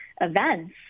events